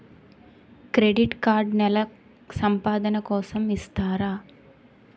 Credit card నెల సంపాదన కోసం ఇస్తారా?